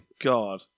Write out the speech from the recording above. God